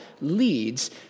leads